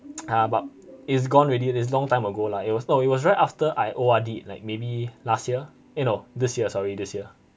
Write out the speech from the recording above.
ah but it's gone already it's long time ago lah it was not I was right after I O_R_D like maybe last year eh no this year sorry this year